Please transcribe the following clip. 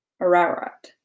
Ararat